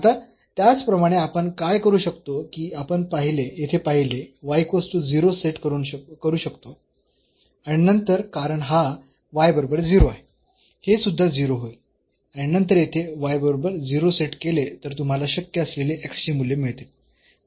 आता त्याचप्रमाणे आपण काय करू शकतो की आपण येथे पहिले सेट करू शकतो आणि नंतर कारण हा y बरोबर 0 आहे हे सुद्धा 0 होईल आणि नंतर येथे y बरोबर 0 सेट केले तर तुम्हाला शक्य असलेली x ची मूल्ये मिळतील